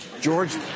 George